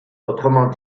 autrement